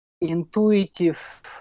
intuitive